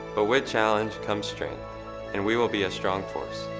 ah with challenge comes strength and we will be a strong force.